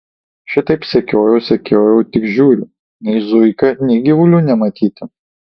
šitaip sekiojau sekiojau tik žiūriu nei zuikio nei gyvulių nematyti